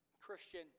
Christian